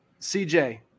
CJ